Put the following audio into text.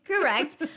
Correct